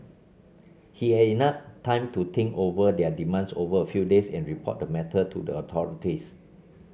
he had enough time to think over their demands over a few days and report the matter to the authorities